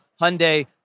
Hyundai